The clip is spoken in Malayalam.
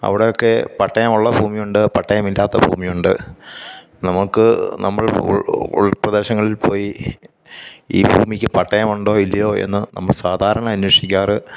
അവിടെയൊക്കെ പട്ടയം ഉള്ള ഭൂമി ഉണ്ട് പട്ടയം ഇല്ലാത്ത ഭൂമി ഉണ്ട് നമുക്ക് നമ്മള് ഉള് ഉള്പ്രദേശങ്ങളില് പോയി ഈ ഭൂമിക്ക് പട്ടയം ഉണ്ടോ ഇല്ലയോ എന്ന് നമ്മൾ സാധാരണ അന്വേഷിക്കാറ്